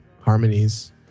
harmonies